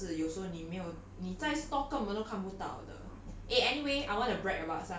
不是 ah like 他穿着鞋真的是有时候你没有你在 store 根本都看不到的